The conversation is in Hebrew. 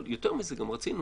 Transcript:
אבל יותר מזה, גם רצינו